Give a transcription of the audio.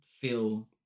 feel